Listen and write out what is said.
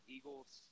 Eagles